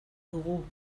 dugu